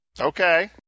Okay